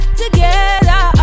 together